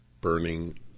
burning